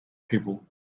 people